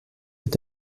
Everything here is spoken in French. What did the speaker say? est